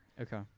Okay